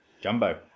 Jumbo